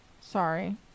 Sorry